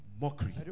mockery